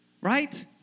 Right